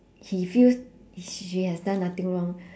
he feels she has done nothing wrong